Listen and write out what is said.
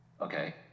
Okay